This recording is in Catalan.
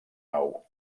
nou